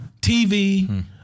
TV